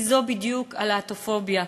כי זו בדיוק הלהט"בפוביה.